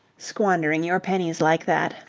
squandering your pennies like that.